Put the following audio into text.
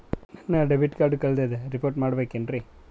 ನನ್ನ debit card ಕಳ್ದದ report ಮಾಡಬೇಕ್ರಿ